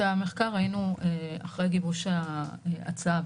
את המחקר ראינו אחרי גיבוש ההצעה.